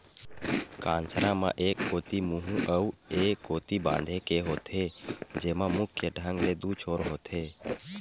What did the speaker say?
कांसरा म एक कोती मुहूँ अउ ए कोती बांधे के होथे, जेमा मुख्य ढंग ले दू छोर होथे